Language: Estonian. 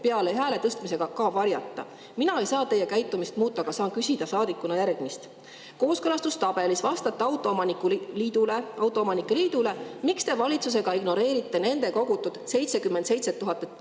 peale hääle tõstmisega varjata. Mina ei saa teie käitumist muuta, aga saan küsida saadikuna järgmist. Kooskõlastustabelis autoomanike liidu [küsimusele], miks te valitsusega ignoreerite nende kogutud 77 000